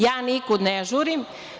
Ja nikud ne žurim.